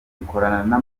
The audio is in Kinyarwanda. ikorana